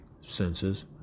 senses